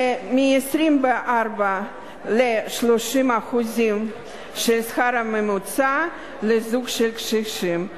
ומ-24% ל-30% השכר הממוצע לזוג של קשישים,